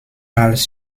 als